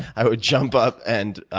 i would jump up and